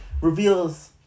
reveals